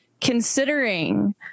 considering